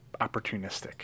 opportunistic